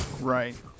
Right